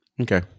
okay